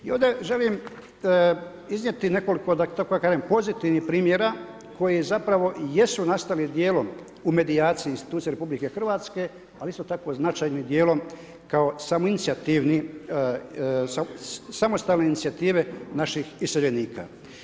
I ovdje nekoliko, da tako kažem, pozitivnih primjera koji zapravo jesu nastali dijelom u medijaciji institucija RH, ali isto tako značajni dijelom kao samoinicijativni, samostalne inicijative naših iseljenika.